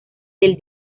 del